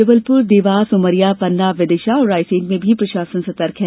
जबलपुर देवास उमरिया पन्ना विदिशा और रायसेन में भी प्रशासन सतर्क है